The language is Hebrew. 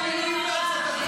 תודה.